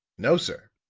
no, sir.